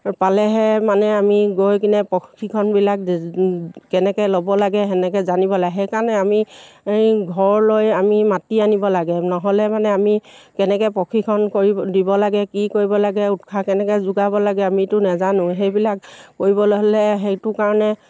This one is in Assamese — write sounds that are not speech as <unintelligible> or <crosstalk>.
পালেহে মানে আমি গৈ কিনে প্ৰশিক্ষণবিলাক <unintelligible> কেনেকৈ ল'ব লাগে তেনেকৈ জানিব লাগে সেইকাৰণে আমি এই ঘৰলৈ আমি মাতি আনিব লাগে নহ'লে মানে আমি কেনেকৈ প্ৰশিক্ষণ কৰি দিব লাগে কি কৰিব লাগে উৎসাহ কেনেকৈ যোগাব লাগে আমিতো নৈজানো সেইবিলাক কৰিবলৈ হ'লে সেইটো কাৰণে